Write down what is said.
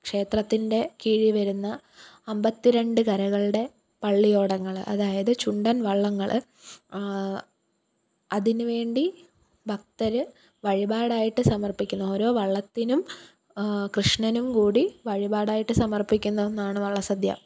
ക്ഷേത്രത്തിന്റെ കീഴിൽ വരുന്ന അമ്പത്തിരണ്ട് കരകളുടെ പള്ളിയോടങ്ങൾ അതായത് ചുണ്ടന്വള്ളങ്ങൾ അതിനുവേണ്ടി ഭക്തർ വഴിപാടായിട്ട് സമര്പ്പിക്കുന്ന ഓരോ വള്ളത്തിനും കൃഷ്ണനുംകൂടി വഴിപടായിട്ട് സമര്പ്പിക്കുന്ന ഒന്നാണ് വള്ളസദ്യ